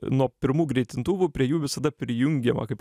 nuo pirmų greitintuvų prie jų visada prijungiama kaip